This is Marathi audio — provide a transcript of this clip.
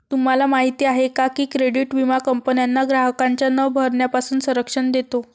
तुम्हाला माहिती आहे का की क्रेडिट विमा कंपन्यांना ग्राहकांच्या न भरण्यापासून संरक्षण देतो